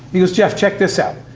he goes, jeff, check this out.